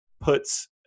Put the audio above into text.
puts